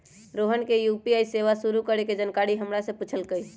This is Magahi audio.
रोहन ने यू.पी.आई सेवा शुरू करे के जानकारी हमरा से पूछल कई